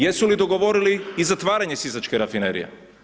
Jesu li dogovorili i zatvaranje Sisačke rafinerije?